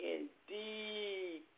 Indeed